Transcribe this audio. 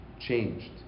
changed